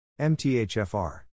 MTHFR